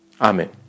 amen